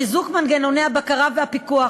חיזוק מנגנוני הבקרה והפיקוח,